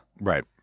Right